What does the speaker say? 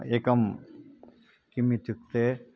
एकं किम् इत्युक्ते